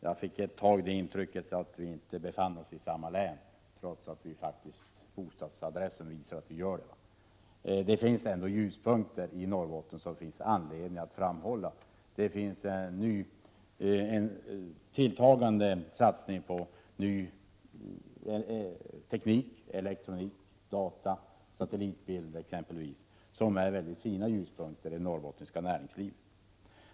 Jag fick ett tag intrycket att vi inte befann oss i samma län, trots att våra bostadsadresser visar att vi gör det. Det finns ändå vissa ljuspunkter i Norrbotten, som det finns anledning att framhålla. Det finns en tilltagande satsning på ny teknik — exempelvis elektronik, data, satellitbilder — som är fina ljuspunkter i det norrbottniska näringslivet.